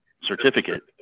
certificate